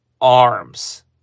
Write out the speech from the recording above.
arms